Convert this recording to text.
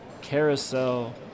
carousel